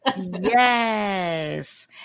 Yes